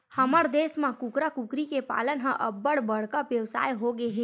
हमर देस म कुकरा, कुकरी के पालन ह अब्बड़ बड़का बेवसाय होगे हे